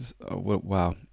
Wow